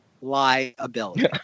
liability